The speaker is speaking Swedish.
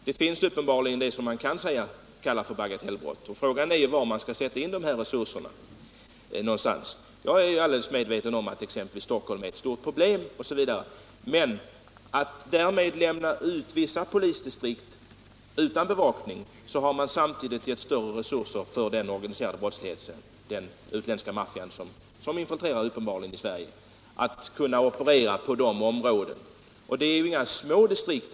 Det finns uppenbarligen något som man kan kalla för bagatellbrott, och frågan är var man skall sätta in resurserna. Jag är helt medveten om att t.ex. Stockholm är ett stort problem här. Men om man därmed lämnar vissa polisdistrikt utan bevakning, har man samtidigt gett den organiserade brottsligheten, den utländska maffian, som uppenbarligen infiltrerar i Sverige, större möjligheter att operera i dessa områden. Det gäller ju inte heller några små distrikt.